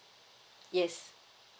yes